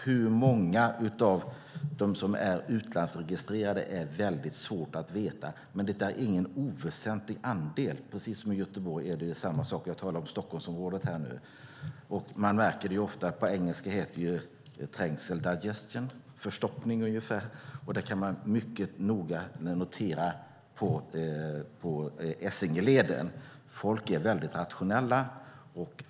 Hur många av dem som är utlandsregistrerade är väldigt svårt att veta. Men det är ingen oväsentlig andel, precis som i Göteborg. Jag talar här om Stockholmsområdet. På engelska kan man kalla trängsel för congestion, ungefär förstoppning. Det kan man mycket noga notera på Essingeleden. Människor är väldigt rationella.